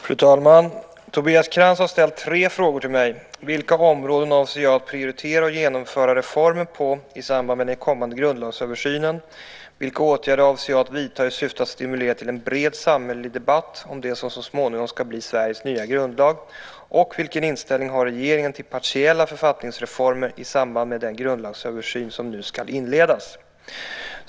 Fru talman! Tobias Krantz har ställt tre frågor till mig. Vilka områden avser jag att prioritera och genomföra reformer på i samband med den kommande grundlagsöversynen, vilka åtgärder avser jag att vidta i syfte att stimulera till en bred samhällelig debatt om det som så småningom ska bli Sveriges nya grundlag och vilken inställning har regeringen till partiella författningsreformer i samband med den grundlagsöversyn som nu ska inledas?